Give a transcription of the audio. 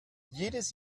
jedes